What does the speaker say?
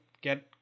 Get